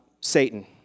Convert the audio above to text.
Satan